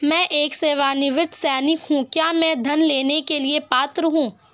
मैं एक सेवानिवृत्त सैनिक हूँ क्या मैं ऋण लेने के लिए पात्र हूँ?